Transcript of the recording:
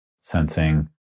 sensing